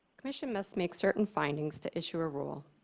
commission must make certain findings to issue a rule,